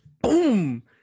boom